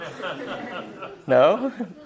No